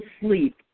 sleep